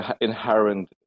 inherent